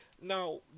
Now